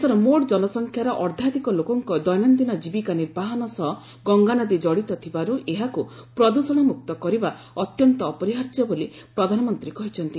ଦେଶର ମୋଟ୍ ଜନସଂଖ୍ୟାର ଅର୍ଦ୍ଧାଧିକ ଲୋକଙ୍କ ଦୈନନ୍ଦିନ ଜୀବିକା ନିର୍ବାହନ ସହ ଗଙ୍ଗାନଦୀ କଡ଼ିତ ଥିବାରୁ ଏହାକୁ ପ୍ରଦୂଷଣମୁକ୍ତ କରିବା ଅତ୍ୟନ୍ତ ଅପରିହାର୍ଯ୍ୟ ବୋଲି ପ୍ରଧାନମନ୍ତ୍ରୀ କହିଛନ୍ତି